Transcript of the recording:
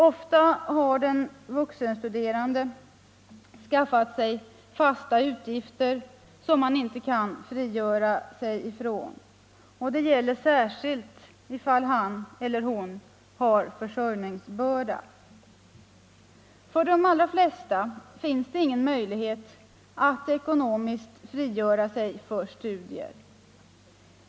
Ofta har den vuxne skaffat sig fasta utgifter som man inte kan frigöra sig från. Det gäller särskilt om han eller hon har försörjningsbörda. För de allra flesta finns det ingen möjlighet att ekonomiskt frigöra sig för studier.